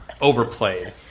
overplayed